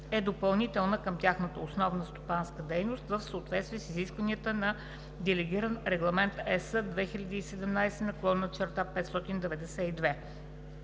е допълнителна към тяхната основна стопанска дейност в съответствие с изискванията на Делегиран регламент (ЕС) 2017/592.“